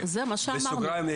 בסוגריים,